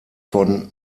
von